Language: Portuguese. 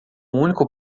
único